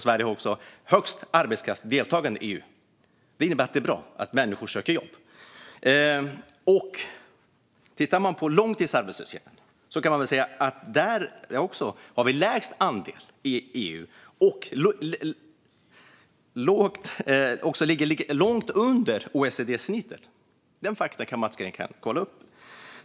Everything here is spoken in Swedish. Sverige har också högst arbetskraftsdeltagande i EU. Det innebär att det är bra att människor söker jobb. Tittar man på långtidsarbetslösheten kan man se att vi där har lägst andel i EU och också ligger långt under OECD-snittet. Dessa fakta kan Mats Green kolla upp.